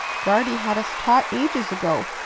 guardy had us taught ages ago,